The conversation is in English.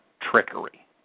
trickery